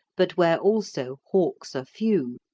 but where also hawks are few,